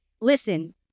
listen